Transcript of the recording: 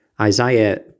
Isaiah